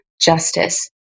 justice